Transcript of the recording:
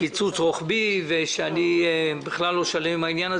קיצוץ רוחבי - אני בכלל לא שלם איתו,